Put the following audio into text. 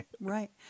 Right